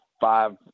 five